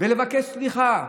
ולבקש סליחה,